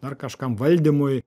dar kažkam valdymui